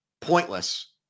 Pointless